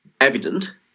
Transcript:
evident